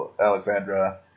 alexandra